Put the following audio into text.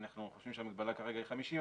אנחנו חושבים שהמגבלה כרגע היא 50,